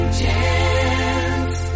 chance